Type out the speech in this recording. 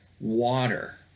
water